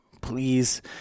please